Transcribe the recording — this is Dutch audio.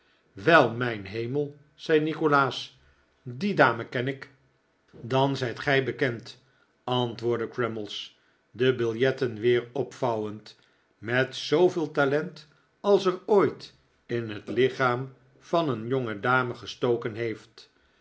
wel mijn hemel zei nikolaas die dame ken ik dan zijt gij bekend antwoordde crummies de biljetten weer opvouwend met zooveel talent als er ooit in het lichaam van een jongedame gestoken heeft